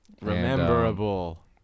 Rememberable